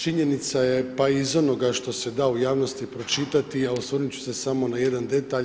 Činjenica je, pa i iz onoga što se da u javnosti pročitati, a osvrnut ću se samo na jedan detalj.